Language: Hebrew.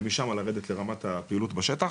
ומשם לרדת לרמת הפעילות בשטח.